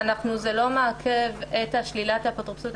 וזה לא מעכב את שלילת האפוטרופסות,